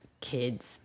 kids